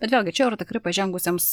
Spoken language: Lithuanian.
bet vėlgi čia jau yra tikrai pažengusems